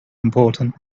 important